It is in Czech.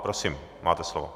Prosím, máte slovo.